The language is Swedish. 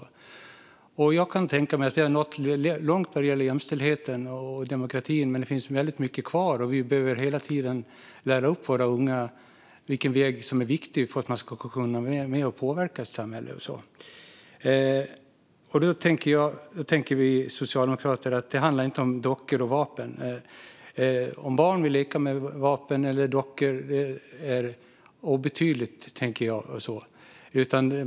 Vi har nått långt när det gäller jämställdheten och demokratin, men det finns väldigt mycket kvar. Vi behöver hela tiden lära upp våra unga när det gäller vilken väg som är viktig för att man ska kunna vara med och påverka sitt samhälle. Detta handlar inte om dockor och vapen. Om barn vill leka med dockor eller med vapen är obetydligt, tänker jag.